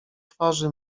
twarzy